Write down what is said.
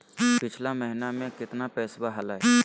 पिछला महीना मे कतना पैसवा हलय?